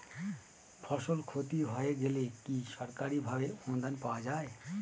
ফসল ক্ষতি হয়ে গেলে কি সরকারি ভাবে অনুদান পাওয়া য়ায়?